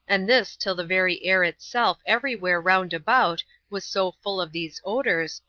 and this till the very air itself every where round about was so full of these odors,